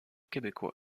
québécois